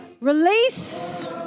Release